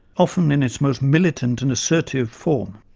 often in its most militant and assertive form.